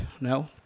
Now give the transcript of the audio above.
No